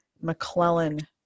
McClellan